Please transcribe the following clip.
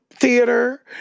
theater